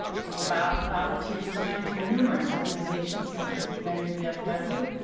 today bob volunteers his time to numerous organizations, such as the mentor vfw,